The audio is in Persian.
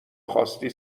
خواستی